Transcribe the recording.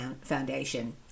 Foundation